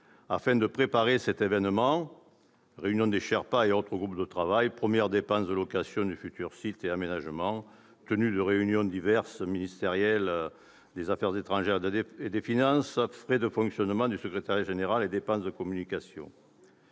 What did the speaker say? afin de préparer cet événement : réunions des « sherpas » et autres groupes de travail, premières dépenses de location du futur site et aménagements, tenue de réunions des ministres des affaires étrangères et des finances, frais de fonctionnement du secrétariat général et dépenses de communication.